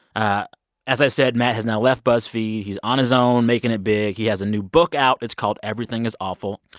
ah as i said, matt has now left buzzfeed. he's on his own, making it big. he has a new book out. it's called everything is awful.